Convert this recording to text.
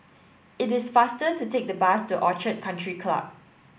it is faster to take the bus to Orchid Country Club